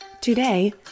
Today